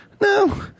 no